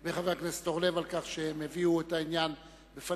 וחבר הכנסת אורלב, על כך שהביאו את העניין בפנינו.